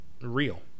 real